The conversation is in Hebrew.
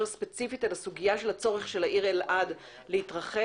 ספציפית על הסוגיה של הצורך של העיר אלעד להתרחב,